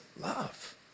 love